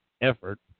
effort